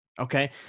Okay